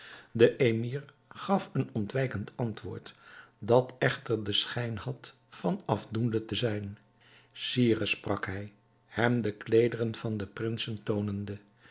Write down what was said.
de emir gaf een ontwijkend antwoord dat echter den schijn had van afdoende te zijn sire sprak hij hem de kleederen van de prinsen toonende